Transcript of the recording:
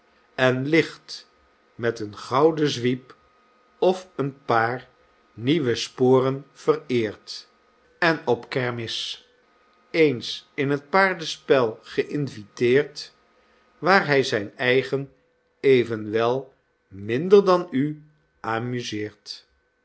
en licht met een gouden zwiep of een paar nieuwe sporen vereerd en op kermis eens in t paardenspel geïnviteerd waar hy zijn eigen evenwel minder dan u amuseert